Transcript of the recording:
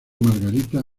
margarita